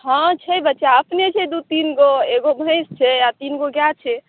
हॅं छै बच्चा अपने छै दू तीनगो एगो भैंस छै तीनगो गाय छै